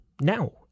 now